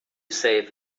safe